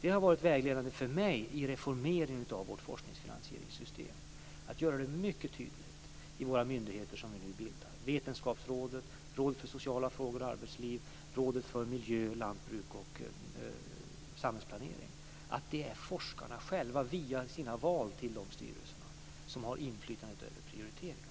Det har varit vägledande för mig i reformeringen av vårt forskningsfinansieringssystem att göra det mycket tydligt i de myndigheter som vi nu bildar, dvs. Vetenskapsrådet, Rådet för sociala frågor och arbetsliv samt Rådet för miljö, lantbruk och samhällsplanering. Det är forskarna själva via sina val till de styrelserna som har inflytande över prioriteringarna.